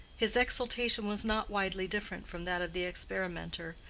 his exultation was not widely different from that of the experimenter,